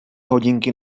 hodinky